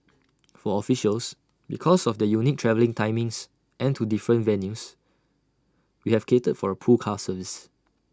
for officials because of their unique travelling timings and to different venues we have catered for A pool car service